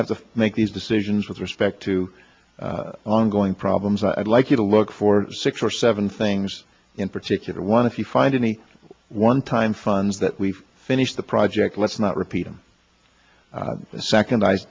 have to make these decisions with respect to ongoing problems i'd like you to look for six or seven things in particular one if you find any one time funds that we've finished the project let's not repeat them the second i